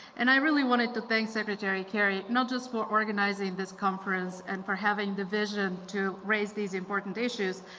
and, i really wanted to thank secretary kerry, not just for organizing this conference and for having the vision to raise these important issues,